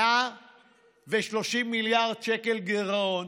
130 מיליארד שקל גירעון,